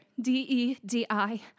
D-E-D-I